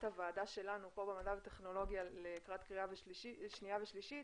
הוועדה שלנו פה במדע וטכנולוגיה לקראת קריאה שנייה ושלישית,